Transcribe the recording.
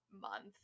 month